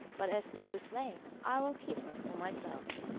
but as to the slave i will keep her for myself.